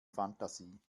fantasie